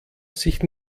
sich